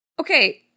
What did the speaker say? Okay